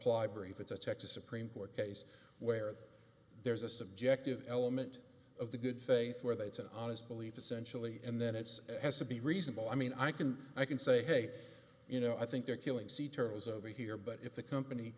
brings it's a texas supreme court case where there's a subjective element of the good faith where that's an honest belief essentially and then it's has to be reasonable i mean i can i can say hey you know i think they're killing sea turtles over here but if the company